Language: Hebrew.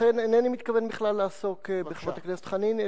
אינני מתכוון בכלל לעסוק בחברת הכנסת חנין,